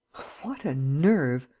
what a nerve!